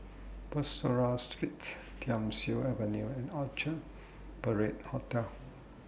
Bussorah Street Thiam Siew Avenue and Orchard Parade Hotel